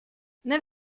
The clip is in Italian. nel